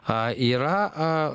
a yra